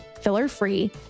filler-free